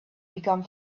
become